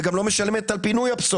היא לא משלמת גם על פינוי הפסולת.